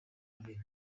abiri